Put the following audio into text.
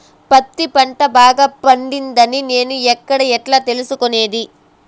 పత్తి పంట బాగా పండిందని నేను ఎక్కడ, ఎట్లా తెలుసుకునేది?